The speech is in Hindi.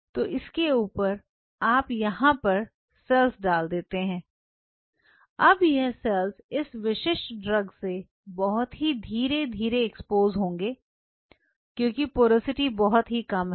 तो इसके ऊपर आप यहां पर सेल्स डाल देते हैं अब यह सेल्स इस विशिष्ट ड्रग से बहुत ही धीरे धीरे एक्सपोज़ होंगे क्योंकि पोरोसिटी बहुत ही कम है